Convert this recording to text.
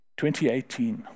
2018